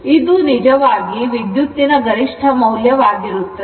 ನಿಜವಾಗಿ ಇದು ವಿದ್ಯುತ್ತಿನ ಗರಿಷ್ಠ ಮೌಲ್ಯ ವಾಗಿರುತ್ತದೆ